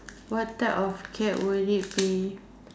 what type of cat will it be